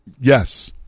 yes